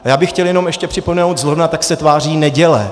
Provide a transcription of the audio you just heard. Já bych chtěl jenom ještě připomenout zrovna tak se tváří neděle.